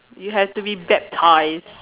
you have to be baptized